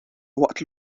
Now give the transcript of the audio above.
waqt